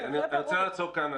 אני רוצה לעצור כאן.